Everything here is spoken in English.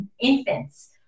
infants